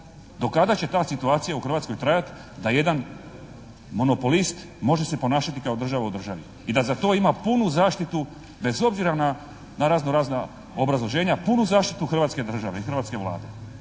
Do kada će ta situacija u Hrvatskoj trajati da jedan monopolist može se ponašati kao država u državi i da za to ima punu zaštitu bez obzira na razno-razna obrazloženja, punu zaštitu hrvatske države i hrvatske Vlade.